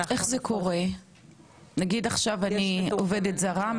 נאמר אני עובדת זרה,